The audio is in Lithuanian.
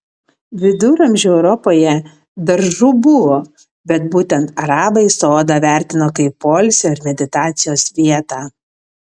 viduramžių europoje daržų buvo bet būtent arabai sodą vertino kaip poilsio ir meditacijos vietą